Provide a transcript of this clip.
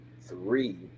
three